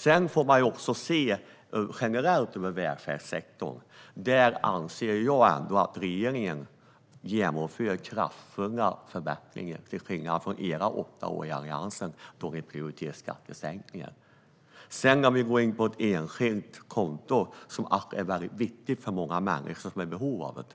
Sedan får man se generellt på välfärdssektorn, och där anser jag att regeringen genomför kraftfulla förbättringar, till skillnad från hur det var under Alliansens åtta år, då skattesänkningar prioriterades. Om vi går in på ett enskilt konto, som är väldigt viktigt för många människor som är i behov av det,